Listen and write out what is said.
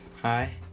hi